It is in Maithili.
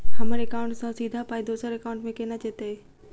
हम्मर एकाउन्ट सँ सीधा पाई दोसर एकाउंट मे केना जेतय?